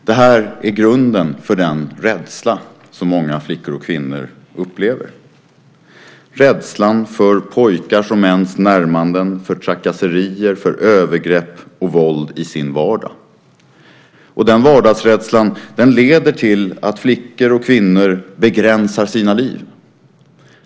Detta är grunden för den rädsla som många flickor och kvinnor upplever - en rädsla för pojkars och mäns närmanden, för trakasserier, övergrepp och våld i sin vardag. Denna vardagsrädsla leder till att flickor och kvinnor begränsar sina liv.